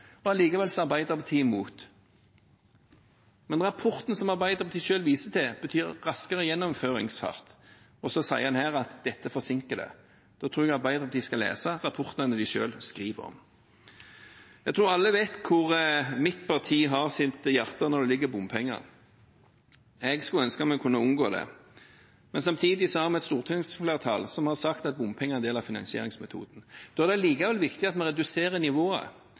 Allikevel er Arbeiderpartiet imot. Men rapporten som Arbeiderpartiet selv viser til, betyr raskere gjennomføringsfart. Og så sier man her at dette forsinker det. Da tror jeg Arbeiderpartiet skal lese rapportene de selv skriver om. Jeg tror alle vet hvor mitt parti har sitt hjerte når det gjelder bompenger. Jeg skulle ønske vi kunne unngå det. Men samtidig har vi et stortingsflertall som har sagt at bompenger er en del av finansieringsmetoden. Da er det likevel viktig at vi reduserer nivået.